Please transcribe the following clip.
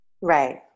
right